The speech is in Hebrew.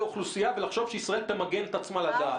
אוכלוסייה ולחשוב שישראל תמגן את עצמה לדעת.